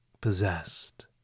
possessed